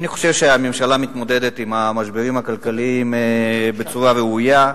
אני חושב שהממשלה מתמודדת עם המשברים הכלכליים בצורה ראויה,